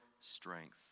strength